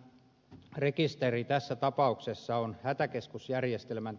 tämä rekisteri tässä tapauksessa on hätäkeskusjärjestelmän